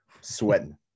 Sweating